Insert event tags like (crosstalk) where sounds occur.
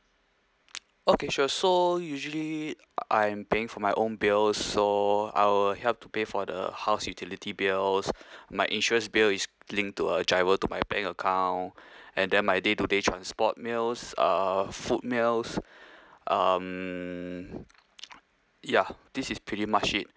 okay sure so usually I'm paying for my own bills so I will help to pay for the house utility bills my insurance bill is linked to uh GIRO to my bank account (breath) and then my day to day transport meals uh food meals um ya this is pretty much it